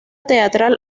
teatral